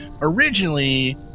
originally